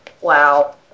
Wow